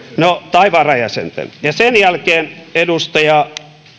tai varajäsenten sen jälkeen edustaja